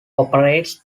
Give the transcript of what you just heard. operates